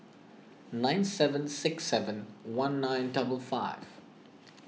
nine seven six seven one nine double five